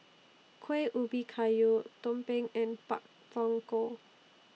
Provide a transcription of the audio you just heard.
Kueh Ubi Kayu Tumpeng and Pak Thong Ko